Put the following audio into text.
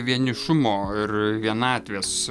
vienišumo ir vienatvės